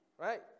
right